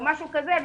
או משהו כזה,